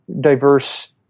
diverse